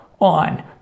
on